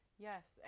Yes